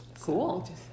Cool